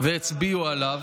והצביעו עליו,